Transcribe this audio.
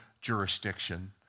jurisdiction